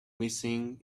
missing